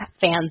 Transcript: fans